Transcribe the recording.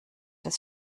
das